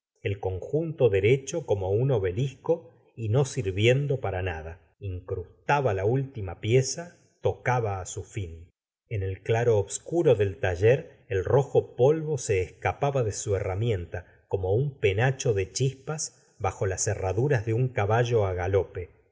el conjunto derecho como un obelisco y no sirviendo para nada incrustaba la última pieza tocaba á su fin en el claro obscuro del taller el rojo polvo se escapaba de su herramienta como un penacho de chispas bajo las herraduras de un caballo á galope